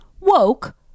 Woke